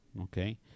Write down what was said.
okay